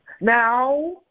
Now